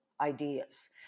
ideas